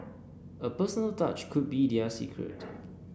a personal touch could be their secret